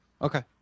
Okay